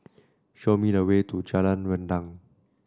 show me the way to Jalan Rendang